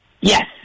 Yes